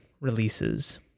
releases